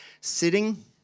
sitting